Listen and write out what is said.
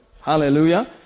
Hallelujah